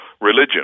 religion